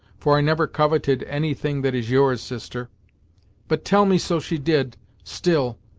for i never coveted any thing that is yours, sister but, tell me so she did still,